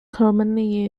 commonly